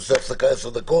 נעשה הפסקה של 10 דקות,